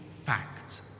fact